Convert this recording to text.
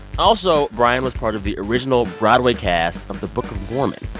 also, brian was part of the original broadway cast of the book of mormon.